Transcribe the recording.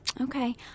Okay